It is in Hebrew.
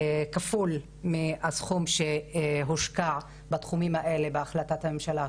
כפול מהסכום שהושקע בתחומים האלה בהחלטת הממשלה הקודמת.